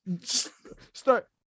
Start